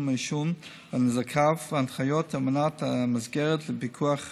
העישון ונזקיו והנחיות אמנת המסגרת לפיקוח